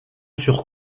sur